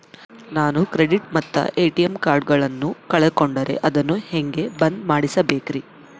ನಾನು ಕ್ರೆಡಿಟ್ ಮತ್ತ ಎ.ಟಿ.ಎಂ ಕಾರ್ಡಗಳನ್ನು ಕಳಕೊಂಡರೆ ಅದನ್ನು ಹೆಂಗೆ ಬಂದ್ ಮಾಡಿಸಬೇಕ್ರಿ?